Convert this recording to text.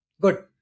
good